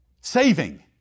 saving